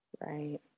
Right